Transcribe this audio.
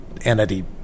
entity